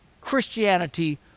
christianity